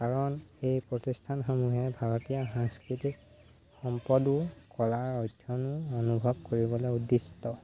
কাৰণ এই প্ৰতিষ্ঠানসমূহে ভাৰতীয় সাংস্কৃতিক সম্পদো কলাৰ অধ্যয়নো অনুভৱ কৰিবলৈ উদ্দিষ্ট